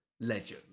legend